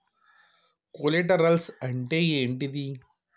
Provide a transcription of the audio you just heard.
Collaterals అంటే ఏంటిది?